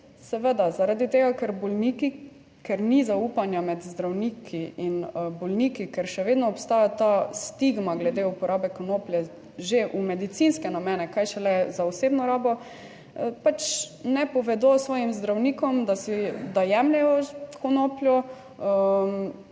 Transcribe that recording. Seveda zaradi tega, ker bolniki, ker ni zaupanja med zdravniki in bolniki, ker še vedno obstaja ta stigma glede uporabe konoplje že v medicinske namene, kaj šele za osebno rabo, pač ne povedo svojim zdravnikom, da si, da jemljejo konopljo